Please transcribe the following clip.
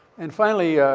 and finally, ah,